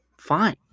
fine